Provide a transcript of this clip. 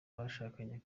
abashakanye